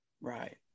Right